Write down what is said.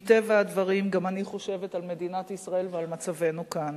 מטבע הדברים גם אני חושבת על מדינת ישראל ועל מצבנו כאן.